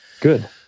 good